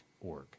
org